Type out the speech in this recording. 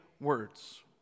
words